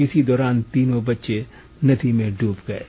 इसी दौरान तीनों बच्चे नदी में डूब गये